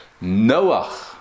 Noah